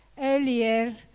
earlier